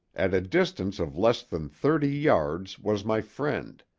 at a distance of less than thirty yards was my friend,